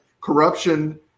corruption